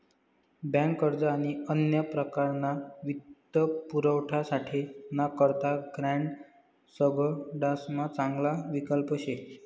bank अर्ज आणि अन्य प्रकारना वित्तपुरवठासाठे ना करता ग्रांड सगडासमा चांगला विकल्प शे